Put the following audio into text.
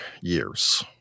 years